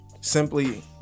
simply